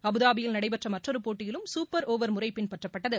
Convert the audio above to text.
அபுதாபியில் நடைபெற்ற மற்றொரு போட்டியிலும் குப்பா் ஒவர் முறை பின்பற்றப்பட்டது